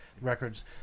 records